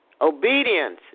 Obedience